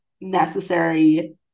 necessary